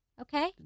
Okay